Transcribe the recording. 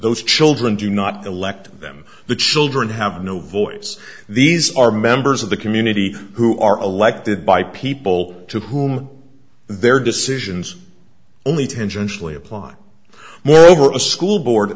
those children do not elect them the children have no voice these are members of the community who are elected by people to whom their decisions only tangentially apply moreover a school board